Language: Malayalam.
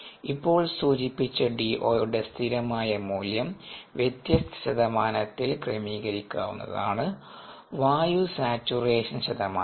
ഇപ്പോൾ സൂചിപ്പിച്ച DO യുടെ സ്ഥിരമായ മൂല്യം വ്യത്യസ്ത ശതമാനത്തിൽ ക്രമീകരിക്കാവുന്നതാണ് വായു സാച്ചുറേഷൻ ശതമാനം DO